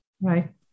Right